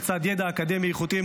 לצד ידע אקדמי איכותי,